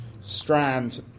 strand